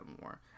more